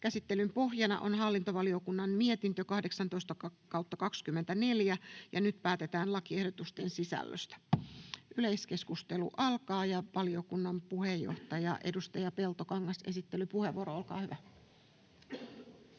Käsittelyn pohjana on hallintovaliokunnan mietintö HaVM 18/2024 vp. Nyt päätetään lakiehdotusten sisällöstä. — Yleiskeskustelu alkaa. Valiokunnan puheenjohtaja, edustaja Peltokangas, esittelypuheenvuoro, olkaa hyvä.